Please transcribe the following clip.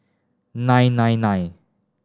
nine nine nine